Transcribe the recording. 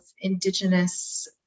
Indigenous